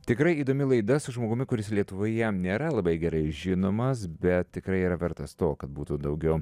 tikrai įdomi laida su žmogumi kuris lietuvoje nėra labai gerai žinomas bet tikrai yra vertas to kad būtų daugiau